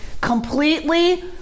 completely